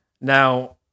Now